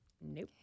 Nope